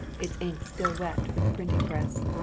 its ink still wet from the printing press.